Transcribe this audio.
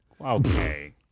Okay